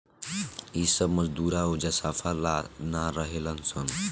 इ सब मजदूरा ओजा साफा ला ना रहेलन सन